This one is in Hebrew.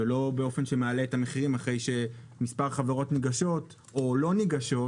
ולא באופן שמעלה את המחירים אחרי שמספר חברות ניגשות או לא ניגשות